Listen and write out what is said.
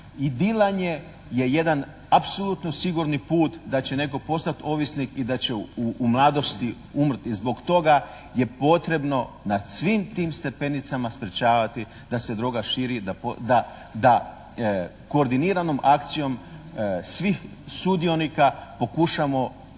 i dilanje je jedan apsolutno siguran put da će netko postati ovisnik i da će u mladosti umrijeti. Zbog toga je potrebno na svim tim stepenicama sprječavati da se droga širi i da koordiniranom akcijom svih sudionika pokušamo